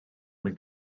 mwyn